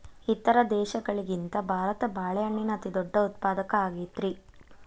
ಇತರ ದೇಶಗಳಿಗಿಂತ ಭಾರತ ಬಾಳೆಹಣ್ಣಿನ ಅತಿದೊಡ್ಡ ಉತ್ಪಾದಕ ಆಗೈತ್ರಿ